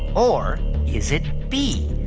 or is it b,